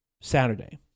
saturday